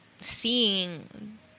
seeing